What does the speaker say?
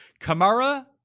Kamara